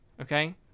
okay